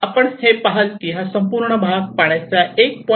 आपण हे पहाल की हा संपूर्ण भाग पाण्याच्या 1